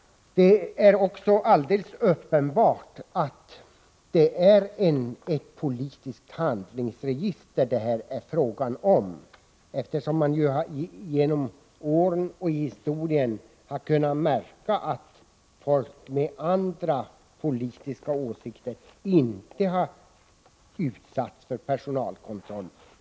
Det är också alldeles uppenbart att det är ett politiskt handlingsregister det här är fråga om, eftersom man genom åren och i historien har kunnat märka att människor med andra politiska åsikter inte har utsatts för personalkontroll.